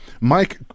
mike